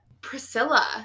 Priscilla